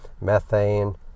methane